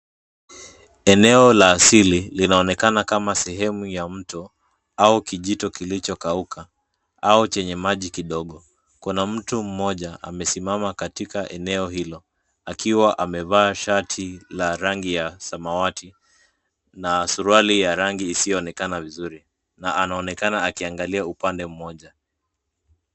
Eneo la asili linaonekana kama sehemu ya mto au kijito kilichokauka, au chenye maji kidogo. Kuna mtu mmoja amesimama katika eneo hilo, akiwa amevaa shati la rangi ya samawati, na suruali ya rangi isiyoonekana vizuri, na anaonekana akiangalia upande moja.